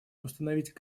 установить